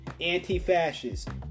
anti-fascists